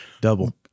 double